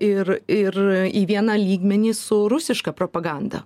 ir ir į vieną lygmenį su rusiška propaganda